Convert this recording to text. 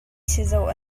chizawh